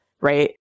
right